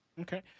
Okay